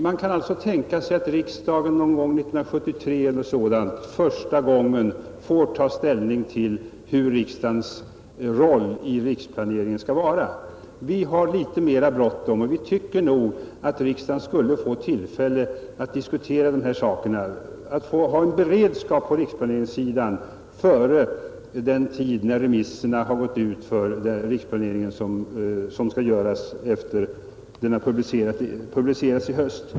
Man kan alltså tänka sig vara nöjd med att riksdagen år 1973 första gången får ta ställning till hur riksdagens roll i riksplaneringen skall vara. Vi har litet mera bråttom, och vi tycker nog att riksdagen skulle få tillfälle att diskutera dessa saker, att ha en beredskap på riksplaneringssidan innan remisserna har gått ut för den riksplanering som skall göras sedan förslaget publicerats i höst.